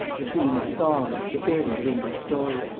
the theme of song, the favorite of english story.